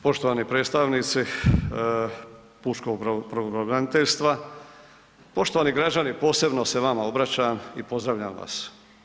Poštovani predstavnici pučkog pravobraniteljstva, poštovani građani posebno se vama obraćam i pozdravljam vas.